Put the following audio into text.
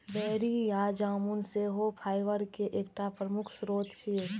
बेरी या जामुन सेहो फाइबर के एकटा प्रमुख स्रोत छियै